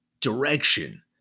direction